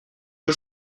que